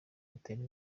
butere